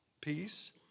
peace